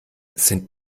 sind